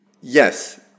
Yes